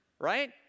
right